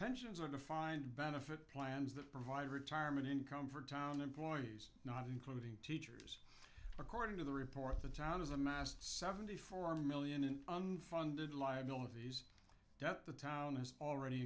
pensions are defined benefit plans that provide retirement income for town employees not including teachers according to the report the town is amassed seventy four million in unfunded liabilities debt the town has already